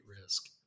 risk